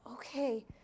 Okay